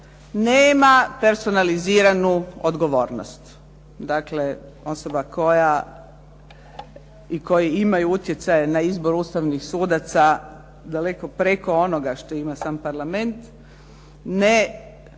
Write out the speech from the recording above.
nema personaliziranu odgovornost. Dakle, osoba koja i koji imaju utjecaj na izbor ustavnih sudaca daleko preko onoga što ima sam Parlament ne